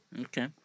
Okay